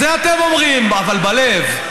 את זה אתם אומרים, אבל בלב.